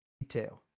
detail